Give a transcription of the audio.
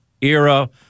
era